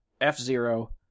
F-Zero